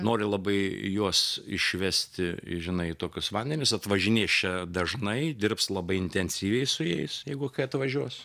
nori labai juos išvesti žinai tokius vandenis atvažinės čia dažnai dirbs labai intensyviai su jais jeigu kai atvažiuos